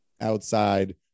outside